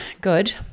good